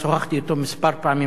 ושוחחתי אתו כמה פעמים,